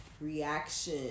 reaction